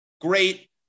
Great